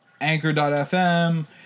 Anchor.fm